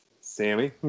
Sammy